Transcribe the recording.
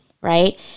right